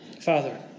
Father